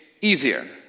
easier